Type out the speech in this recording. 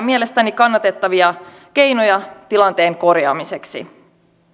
mielestäni kannatettavia keinoja tilanteen korjaamiseksi